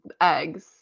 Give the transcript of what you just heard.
eggs